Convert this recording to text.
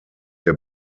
der